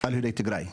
על יהודי טיגריי.